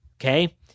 Okay